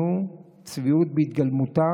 נו, צביעות בהתגלמותה.